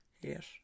Yes